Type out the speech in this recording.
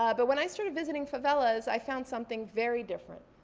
ah but when i started visiting favelas, i found something very different.